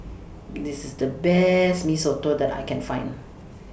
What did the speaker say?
This IS The Best Mee Soto that I Can Find